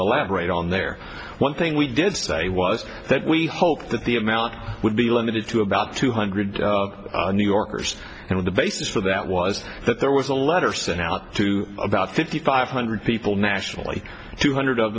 elaborate on there one thing we did say was that we hoped that the amount would be limited to about two hundred new yorkers and the basis for that was that there was a letter sent out to about fifty five hundred people nationally two hundred of